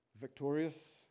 victorious